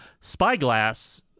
Spyglass